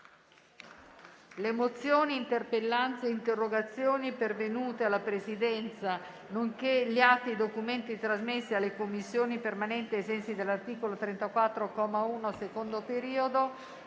Le mozioni, le interpellanze e le interrogazioni pervenute alla Presidenza, nonché gli atti e i documenti trasmessi alle Commissioni permanenti ai sensi dell'articolo 34, comma 1, secondo periodo,